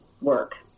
work